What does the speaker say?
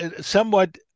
somewhat